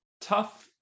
tough